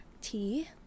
Tea